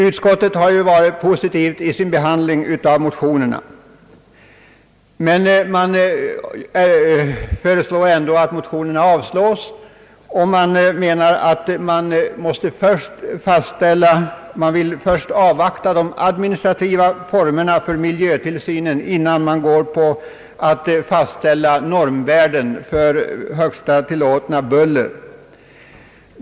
Utskottet har behandlat motionerna positivt. Utskottet föreslår ändock att motionerna avslås med motiveringen att man först vill avvakta de administrativa formerna för miljötillsynen, innan man fastställer normvärden för högsta tillåtna buller.